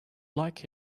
like